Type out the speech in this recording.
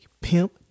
pimp